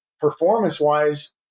Performance-wise